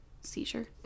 seizure